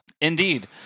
Indeed